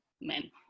men